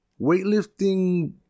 weightlifting